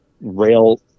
rail